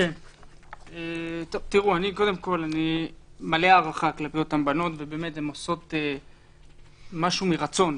אני קודם כל מלא הערכה כלפי אותן בנות ובאמת הן עושות משהו מרצון.